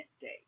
day